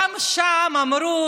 גם שם אמרו: